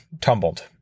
tumbled